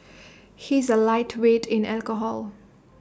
he is A lightweight in alcohol